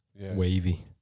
wavy